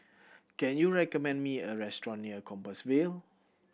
can you recommend me a restaurant near Compassvale